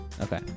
Okay